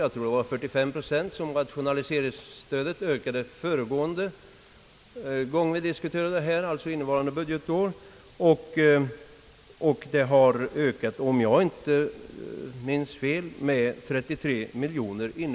Jag tror att rationaliseringsstödet ökades med 45 procent för innevarande år, och nästa budgetår skall det om jag inte minns fel ökas med 33 miljoner.